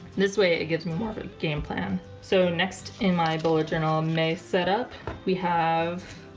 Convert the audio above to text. this way it gives me more of a game plan. so next in my bullet journal may setup we have.